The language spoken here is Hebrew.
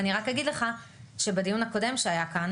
אני רק אגיד לך שבדיון הקודם שהיה כאן